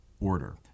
Order